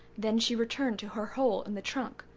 then she returned to her hole in the trunk,